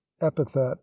epithet